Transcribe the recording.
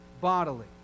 bodily